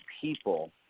people